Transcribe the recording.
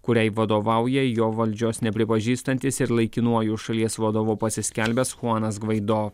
kuriai vadovauja jo valdžios nepripažįstantys ir laikinuoju šalies vadovu pasiskelbęs chuanas gvaido